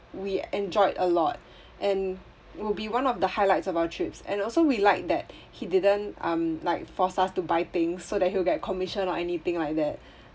we enjoyed a lot and will be one of the highlights of our trips and also we liked that he didn't like um force us to buy things so that he'll get commission or anything like that